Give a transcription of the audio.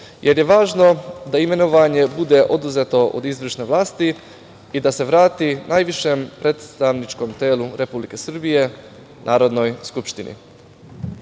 jer je važno da imenovanje bude oduzeto od izvršne vlasti i da se vrati najvišem predstavničkom telu Republike Srbije, Narodnoj skupštini. Dakle,